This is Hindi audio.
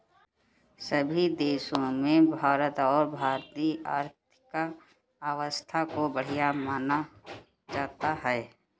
सभी देशों में भारत और भारतीय आर्थिक व्यवस्था को बढ़िया माना जाता है